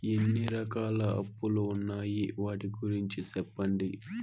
ఎన్ని రకాల అప్పులు ఉన్నాయి? వాటి గురించి సెప్పండి?